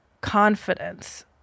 confidence